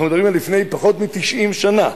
אנחנו מדברים על לפני פחות מ-90 שנה.